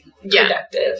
productive